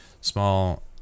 small